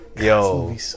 Yo